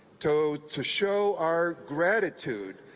to to show our gratitude,